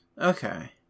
Okay